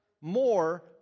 more